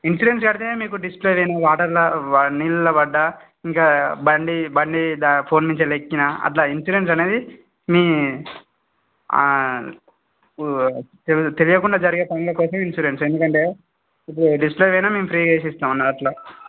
insurance కడితే మీకు display వేము వాటర్లా వా నీళ్ళల్లో పడ్డా ఇంకా బండి బండి ద ఫోన్ నుంచి వెళ్ళెక్కిన అట్లా ఇన్సూరెన్స్ అనేది మీ ఓ తె తెలియకుండా జరిగే పనుల కోసం ఇన్సూరెన్స్ ఎందుకంటే ఇప్పుడు ఈ డిస్ప్లే పోయినా మేం ఫ్రీగా వేసిస్తాం అన్న అట్లా